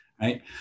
Right